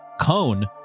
cone